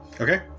Okay